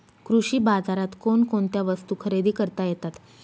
कृषी बाजारात कोणकोणत्या वस्तू खरेदी करता येतात